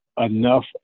enough